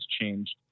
changed